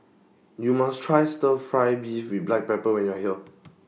YOU must Try Stir Fry Beef with Black Pepper when YOU Are here